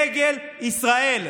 דגל ישראל.